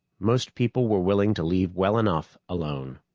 most people were willing to leave well enough alone.